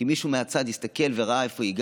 כי מישהו הסתכל מהצד וראה איפה היא גרה.